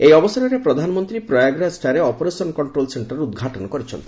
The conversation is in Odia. ଏହି ଅବସରରେ ପ୍ରଧାନମନ୍ତ୍ରୀ ପ୍ରୟାଗରାଜଠାରେ ଅପରେସନ କଣ୍ଟ୍ରୋଲ ସେଣ୍ଟର ଉଦ୍ଘାଟନ କରିଛନ୍ତି